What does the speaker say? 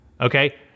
okay